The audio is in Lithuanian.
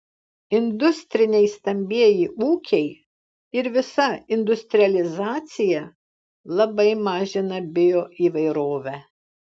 industriniai stambieji ūkiai ir visa industrializacija labai mažina bioįvairovę